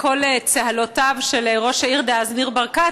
לקול צהלותיו של ראש העיר דאז ניר ברקת,